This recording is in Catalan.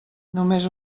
només